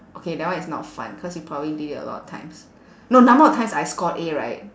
okay that one is not fun cause you probably did it a lot of times no number of times I scored A right